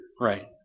right